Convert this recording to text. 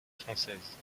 française